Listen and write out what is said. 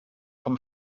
vom